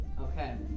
Okay